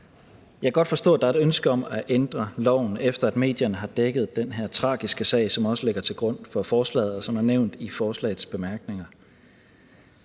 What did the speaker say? Jeg kan godt forstå, at der er et ønske om at ændre loven, efter at medierne har dækket den her tragiske sag, som også ligger til grund for forslaget, og som er nævnt i forslagets bemærkninger.